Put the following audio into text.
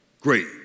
great